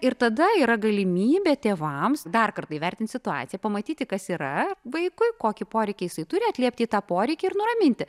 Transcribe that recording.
ir tada yra galimybė tėvams dar kartą įvertinti situaciją pamatyti kas yra vaikui kokį poreikį jisai turi atliepti į tą poreikį ir nuraminti